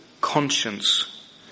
conscience